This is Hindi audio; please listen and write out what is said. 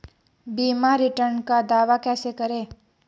बीमा रिटर्न का दावा कैसे करें?